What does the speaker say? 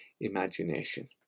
imagination